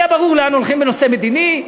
היה ברור לאן הולכים בנושא מדיני,